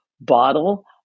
Bottle